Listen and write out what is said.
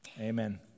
Amen